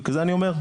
בגלל זה אני אומר,